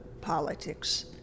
politics